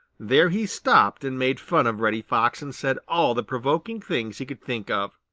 there he stopped and made fun of reddy fox and said all the provoking things he could think of.